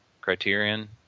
criterion